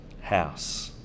house